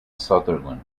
sutherland